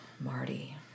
Marty